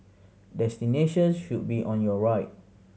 destination should be on your right